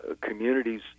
communities